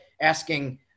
asking